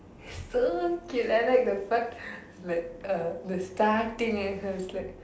so cute I like the part like uh the starting I was like